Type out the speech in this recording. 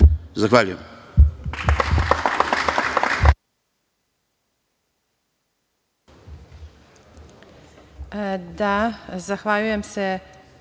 Zahvaljujem.